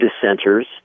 dissenters